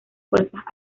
fuerzas